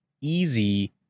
easy